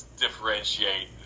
differentiate